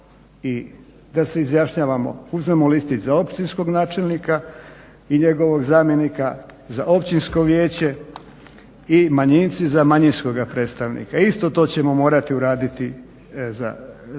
i da se izjašnjavamo, imamo listić za općinskog načelnika i njegovog zamjenika, za općinsko vijeće i manjinci za manjinskoga predstavnika. Isto to ćemo morati uraditi za, izbor za